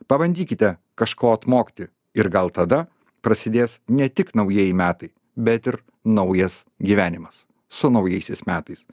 pabandykite kažko atmokti ir gal tada prasidės ne tik naujieji metai bet ir naujas gyvenimas su naujaisiais metais